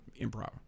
improv